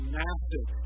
massive